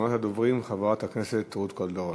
ואחרונת הדוברים, חברת הכנסת רות קלדרון.